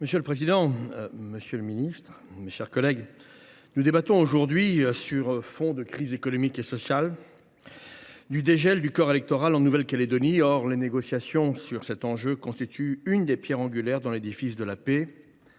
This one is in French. monsieur le garde des sceaux, monsieur le ministre, mes chers collègues, nous débattons aujourd’hui, sur fond de crise économique et sociale, du dégel du corps électoral en Nouvelle Calédonie. Les négociations sur cet enjeu constituent l’une des pierres angulaires de l’édifice de la paix.